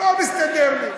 לא מסתדר לי.